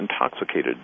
intoxicated